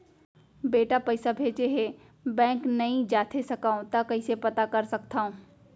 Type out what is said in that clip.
बेटा पइसा भेजे हे, बैंक नई जाथे सकंव त कइसे पता कर सकथव?